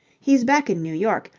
he's back in new york,